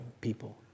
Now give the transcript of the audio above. people